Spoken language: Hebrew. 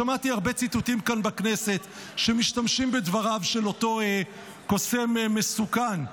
שמעתי הרבה ציטוטים כאן בכנסת שמשתמשים בדבריו של אותו קוסם מסוכן,